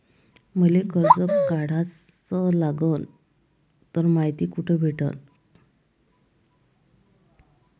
मले कर्ज काढाच असनं तर मायती कुठ भेटनं?